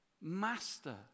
master